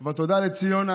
אבל תודה לציונה,